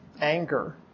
anger